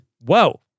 Whoa